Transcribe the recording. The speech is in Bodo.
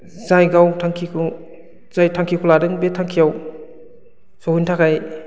जायगायाव थांखिखौ जाय थांखिखौ लादों बे थांखियाव सहैनो थाखाय